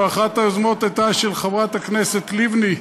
אחת היוזמות הייתה של חברת הכנסת לבני,